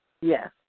Yes